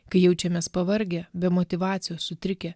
kai jaučiamės pavargę be motyvacijos sutrikę